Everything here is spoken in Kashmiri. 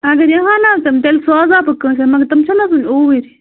اگر یی ہان نہَ حظ تِم تیٚلہِ سوزٕناو بہٕ کٲنٛسہِ اتھِ مگر تُم چھِنا وُنہِ اوٗرۍ